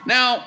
Now